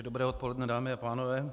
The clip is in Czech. Dobré odpoledne, dámy a pánové.